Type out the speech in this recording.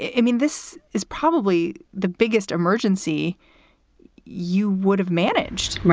i mean, this is probably the biggest emergency you would have managed, right?